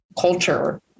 culture